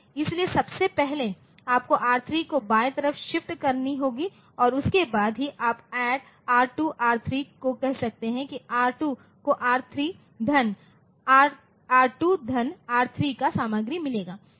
इसलिए सबसे पहले आपको R3 को बाएं तरफ शिफ्ट करनी होगी और उसके बाद ही आप ADD R2 R3 को कह सकते हैं कि R2 को R2 प्लस R3 की सामग्री मिलती है